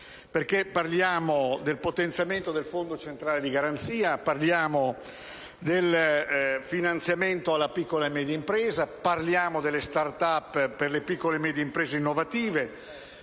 perché parliamo del potenziamento del Fondo centrale di garanzia, del finanziamento alla piccola e media impresa, delle *start up* per le piccole e medie imprese innovative,